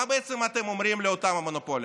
מה בעצם אתם אומרים לאותם המונופולים,